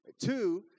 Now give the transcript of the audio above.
Two